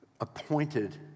appointed